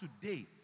today